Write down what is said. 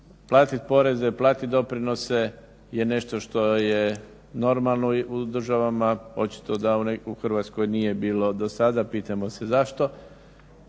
platit poreze, platit doprinose je nešto što je normalno u državama. Očito da u Hrvatskoj nije bilo do sada, pitajmo se zašto.